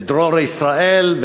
"דרור ישראל",